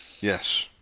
Yes